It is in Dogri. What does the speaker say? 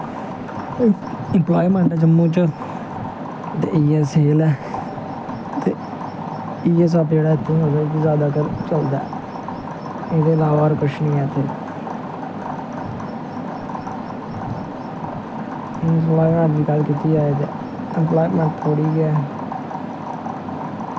इंपलायमैंट जम्मू च ते इ'यै सेल ऐ ते इयै सब जेह्ड़ा इत्थें मतलव गज़ारा चलदा ऐ एह्दे इलावा होर किश निं ऐ इत्थै इंपलायमैंट दी गल्ल कीती जाए ते इंपलायमैंट थोह्ड़ी ऐ